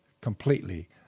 completely